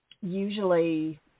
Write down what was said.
usually